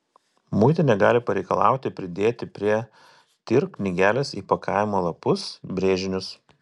muitinė gali pareikalauti pridėti prie tir knygelės įpakavimo lapus brėžinius